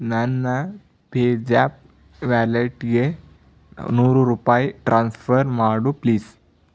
ನನ್ನ ಪೇಜ್ಯಾಪ್ ವ್ಯಾಲೆಟ್ಗೆ ನೂರು ರೂಪಾಯಿ ಟ್ರಾನ್ಸ್ಫರ್ ಮಾಡು ಪ್ಲೀಸ್